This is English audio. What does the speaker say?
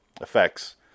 effects